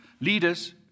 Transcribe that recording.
leaders